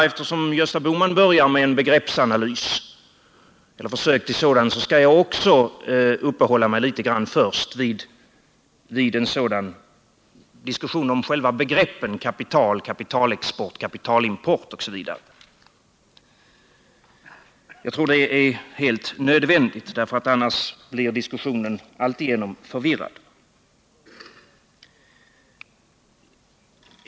Eftersom Gösta Bohman börjar med en begreppsanalys, eller ett försök till en sådan, skall också jag först uppehålla mig vid en diskussion om begrepp som kapital, kapitalexport, kapitalimport osv. Jag tror att det är helt nödvändigt, eftersom diskussionen annars blir alltigenom förvirrad.